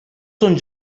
són